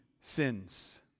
sins